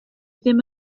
ddim